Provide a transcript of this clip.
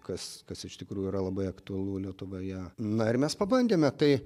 kas kas iš tikrųjų yra labai aktualu lietuvoje na ir mes pabandėme tai